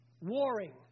Warring